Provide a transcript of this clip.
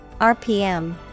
RPM